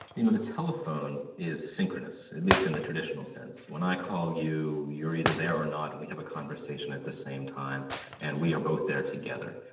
you know the telephone is synchronous, at least in the traditional sense. when i call you, you are either there or not and we have a conversation at the same time and we are both there together.